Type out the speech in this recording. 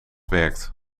werkt